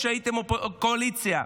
כשהייתם קואליציה,